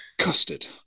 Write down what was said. custard